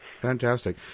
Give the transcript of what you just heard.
Fantastic